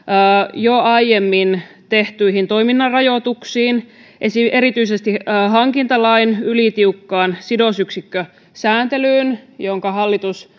jo aiemmin tehtyihin toiminnan rajoituksiin erityisesti hankintalain ylitiukkaan sidosyksikkösääntelyyn jonka hallitus